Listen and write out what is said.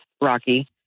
rocky